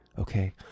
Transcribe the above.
Okay